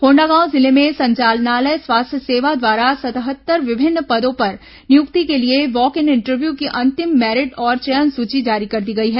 कोंडागांव जिले में संचालनालय स्वास्थ्य सेवा द्वारा सतहत्तर विभिन्न पदों पर नियुक्ति के लिए वॉक इन इंटरव्यू की अंतिम मेरिट और चयन सूची जारी कर दी गई है